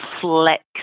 flex